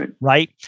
Right